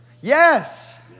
Yes